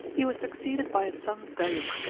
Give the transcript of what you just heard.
he was succeeded by his son gayuk,